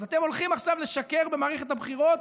אז אתם הולכים עכשיו לשקר במערכת הבחירות,